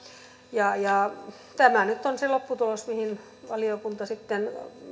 tämä nyt on se lopputulos mihin valiokunta sitten